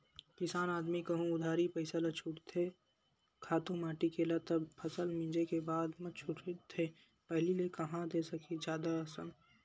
किसान आदमी कहूँ उधारी पइसा ल छूटथे खातू माटी के ल त फसल मिंजे के बादे म छूटथे पहिली ले कांहा दे सकही जादा असन